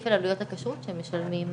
כפל עלויות הכשרות שמשלמים היום.